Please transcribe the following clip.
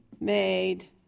made